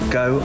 go